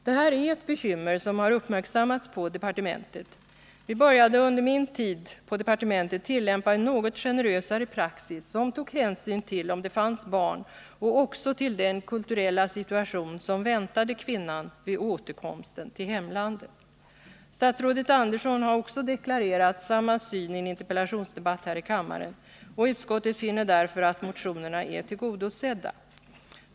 Det här är ett bekymmer som har uppmärksammats på departementet. Vi började under min tid på departementet att tillämpa en något generösare praxi som tog hänsyn till om det fanns barn och även till den kulturella situation som väntade kvinnan vid återkomsten till hemlandet. Statsrådet Andersson har deklarerat samma syn i en interpellationsdebatt här i kammaren. Utskottet finner därför att motionerna är tillgodosedda.